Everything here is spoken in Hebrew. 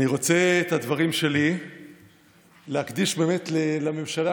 אני רוצה להקדיש את הדברים שלי באמת לממשלה,